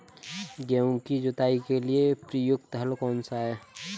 गेहूँ की जुताई के लिए प्रयुक्त हल कौनसा है?